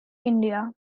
india